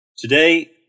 Today